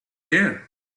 there